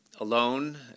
alone